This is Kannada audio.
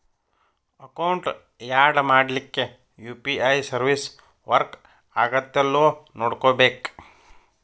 ಅಕೌಂಟ್ ಯಾಡ್ ಮಾಡ್ಲಿಕ್ಕೆ ಯು.ಪಿ.ಐ ಸರ್ವಿಸ್ ವರ್ಕ್ ಆಗತ್ತೇಲ್ಲೋ ನೋಡ್ಕೋಬೇಕ್